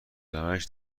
العملش